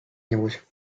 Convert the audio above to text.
нибудь